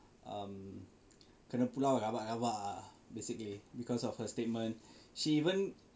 um kena pulau rabak rabak lah basically because of her statement she even